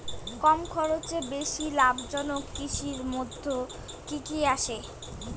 কম খরচে বেশি লাভজনক কৃষির মইধ্যে কি কি আসে?